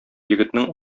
егетнең